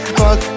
fuck